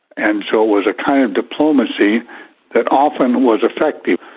and so it was a kind of diplomacy that often was effective.